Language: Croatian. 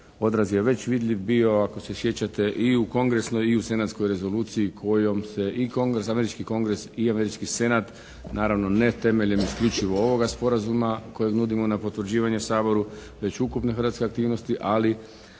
odraz je već vidljiv bio ako se sjećate i u kongresnoj i u senatskoj rezoluciji kojom se i Kongres, američki Kongres i američki Senat naravno ne temeljem isključivo ovoga sporazuma kojeg nudimo na potvrđivanje Saboru već ukupne hrvatske aktivnosti, ali